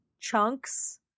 chunks